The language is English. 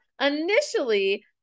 initially